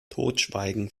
totschweigen